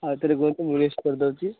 ଆଉ ଥରେ କୁହନ୍ତୁ ମୁଁ ଲିଷ୍ଟ୍ କରିଦଉଛି